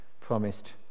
promised